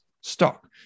stock